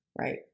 Right